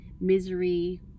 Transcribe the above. misery